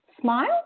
Smile